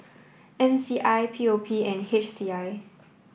M C I P O P and H C I